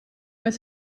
with